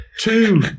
two